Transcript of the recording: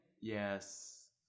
Yes